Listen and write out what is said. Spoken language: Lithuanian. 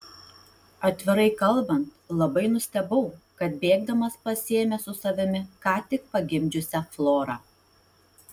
atvirai kalbant labai nustebau kad bėgdamas pasiėmė su savimi ką tik pagimdžiusią florą